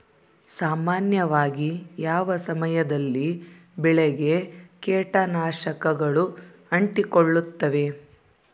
ಸಾಮಾನ್ಯವಾಗಿ ಯಾವ ಸಮಯದಲ್ಲಿ ಬೆಳೆಗೆ ಕೇಟನಾಶಕಗಳು ಅಂಟಿಕೊಳ್ಳುತ್ತವೆ?